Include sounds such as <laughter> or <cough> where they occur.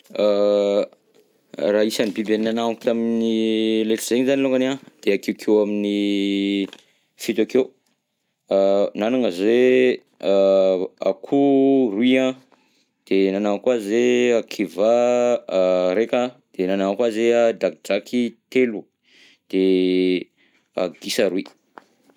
<hesitation> Raha isan'ny biby nagnanako tamin'ny leko zegny zany longany an de akeokeo amin'ny <hesitation> fito akeo, a nagnana zay a <hesitation> akoho roy an, de nagnana koa zay kivà raika, de nagnana koa zay an drakidraky telo, de <hesitation> gisa roy.